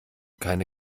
keine